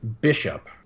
bishop